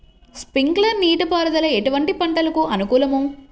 Sprinkler నీటిపారుదల ఎటువంటి పంటలకు అనుకూలము?